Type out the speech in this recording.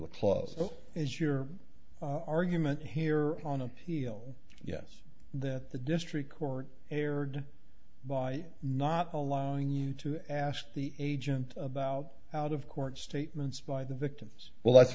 the close as your argument here on appeal yes that the district court erred by not allowing you to ask the agent about out of court statements by the victims well that's